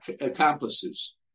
accomplices